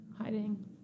hiding